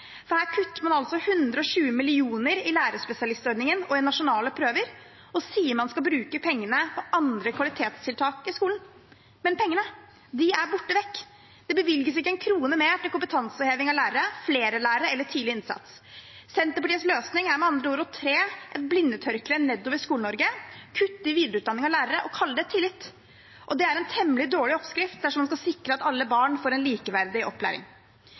for her kutter man 120 mill. kr i lærerspesialistordningen og i nasjonale prøver og sier man skal bruke pengene på andre kvalitetstiltak i skolen. Men pengene er borte vekk. Det bevilges ikke én krone mer til kompetanseheving av lærere, flere lærere eller tidlig innsats. Senterpartiets løsning er med andre ord å tre et blindetørkle nedover Skole-Norge, kutte i videreutdanning av lærere og kalle det tillit. Det er en temmelig dårlig oppskrift dersom man skal sikre at alle barn får en likeverdig opplæring.